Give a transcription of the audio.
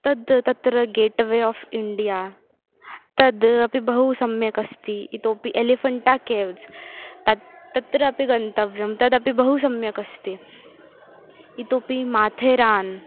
तद् तत्र gateway of India तद् अपि बहु सम्यक् अस्ति इतोपि एलिफ़ेन्टा केव्स् तत् तत्र अपि गन्तव्यं तदपि बहु सम्यक् अस्ति इतोपि माथेरान्